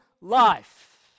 life